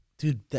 Dude